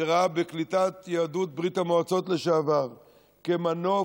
שראה בקליטת יהדות ברית המועצות לשעבר מנוף